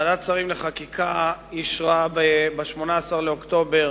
ועדת השרים לחקיקה אישרה ב-18 באוקטובר